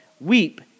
Weep